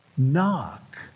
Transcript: knock